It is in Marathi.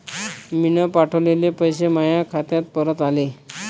मीन पावठवलेले पैसे मायाच खात्यात परत आले